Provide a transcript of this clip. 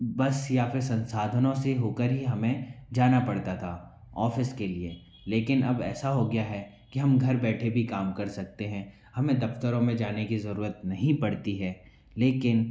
बस या फिर संसाधनों से हो कर ही हमें जाना पड़ता था ऑफ़िस के लिए लेकिन अब ऐसा हो गया है कि हम घर बैठे भी काम कर सकते हैं हमें दफ़्तरों में जाने की ज़रूरत नहीं पड़ती है लेकिन